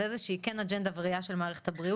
זו איזו שהיא כן אג'נדה בראייה של מערכת הבריאות